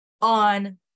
on